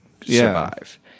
survive